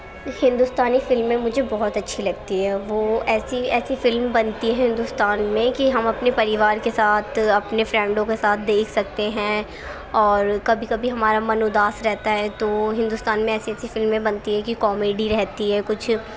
ہندوستانی فلمیں مجھے بہت اچھی لگتی ہیں وہ ایسی ایسی فلم بنتی ہندوستان میں کہ ہم اپنے پریوار کے ساتھ اپنے فرینڈوں کے ساتھ دیکھ سکتے ہیں اور کبھی کبھی ہمارا من اداس رہتا ہے تو ہندوستان میں ایسی ایسی فلمیں بنتی ہیں کہ کامیڈی رہتی ہے کچھ